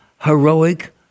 heroic